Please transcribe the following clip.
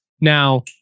Now